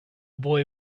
boy